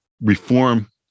reform